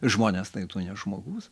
žmones tai tu ne žmogus